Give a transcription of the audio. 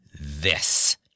this